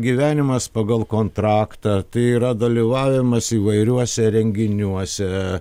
gyvenimas pagal kontraktą tai yra dalyvavimas įvairiuose renginiuose